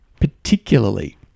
particularly